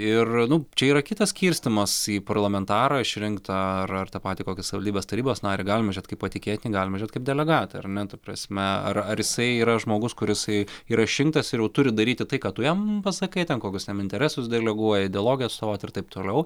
ir nu čia yra kitas skirstymas į parlamentarą išrinktą ar ar tą patį kokį savivaldybės tarybos narį galima žiūrėt kaip patikėtinį galima žiūrėt kaip delegatą ar ne ta prasme ar ar jisai yra žmogus kur jisai yra išrinktas ir jau turi daryti tai ką tu jam pasakai ten kokius jam interesus deleguoji ideologijas savo ir taip toliau